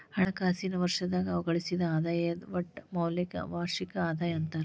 ಹಣಕಾಸಿನ್ ವರ್ಷದಾಗ ಗಳಿಸಿದ್ ಆದಾಯದ್ ಒಟ್ಟ ಮೌಲ್ಯಕ್ಕ ವಾರ್ಷಿಕ ಆದಾಯ ಅಂತಾರ